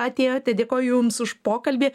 atėjote dėkoju jums už pokalbį